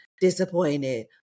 disappointed